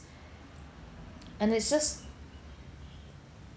and it's just